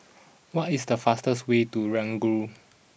what is the fastest way to Ranggung